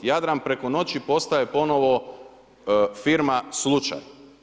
Jadran preko noći postaje ponovo firma slučaj.